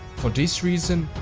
for this reason,